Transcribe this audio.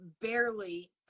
barely